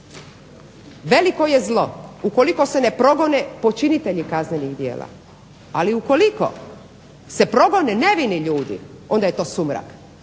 Veliko je zlo ukoliko se ne progone počinitelji kaznenih djela ali ukoliko se progone nevini ljudi onda je to sumrak.